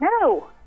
No